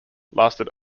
lasted